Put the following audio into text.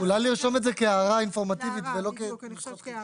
אולי נרשום את זה כהערה אינפורמטיבית ולא --- הערה,